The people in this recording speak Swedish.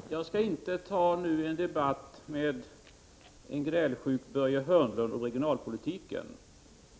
Fru talman! Jag skall inte nu föra en debatt om regionalpolitiken med en grälsjuk Börje Hörnlund.